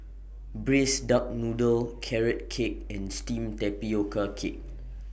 Braised Duck Noodle Carrot Cake and Steamed Tapioca Cake